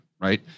right